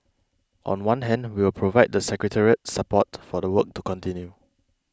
on one hand we'll provide the secretariat support for the work to continue